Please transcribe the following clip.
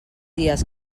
dies